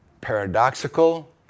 paradoxical